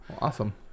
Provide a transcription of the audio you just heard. awesome